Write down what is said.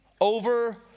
over